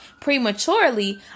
prematurely